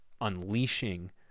unleashing